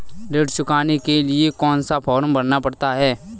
ऋण चुकाने के लिए कौन सा फॉर्म भरना पड़ता है?